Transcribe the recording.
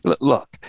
look